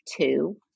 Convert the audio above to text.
two